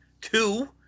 two